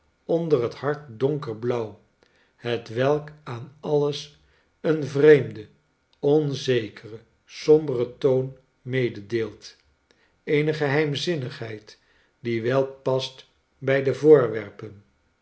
onder het hard donkerblauw hetwelk aan alles een vreemden onzekeren somberen toon mededeelt eene geheimzinnigheid die wel past bij de voorwerpen